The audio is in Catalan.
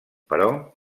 però